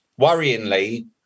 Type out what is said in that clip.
worryingly